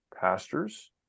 pastors